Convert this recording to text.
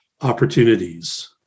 Opportunities